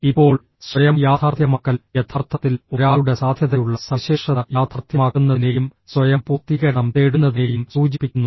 ഇപ്പോൾ സ്വയം യാഥാർത്ഥ്യമാക്കൽ യഥാർത്ഥത്തിൽ ഒരാളുടെ സാധ്യതയുള്ള സവിശേഷത യാഥാർത്ഥ്യമാക്കുന്നതിനെയും സ്വയം പൂർത്തീകരണം തേടുന്നതിനെയും സൂചിപ്പിക്കുന്നു